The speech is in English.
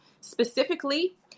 specifically